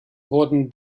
wurden